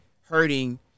hurting